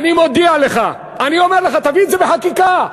אני אומר לך, תביא את זה בחקיקה.